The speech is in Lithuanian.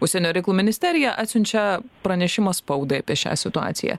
užsienio reikalų ministerija atsiunčia pranešimą spaudai apie šią situaciją